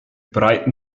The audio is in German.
breiten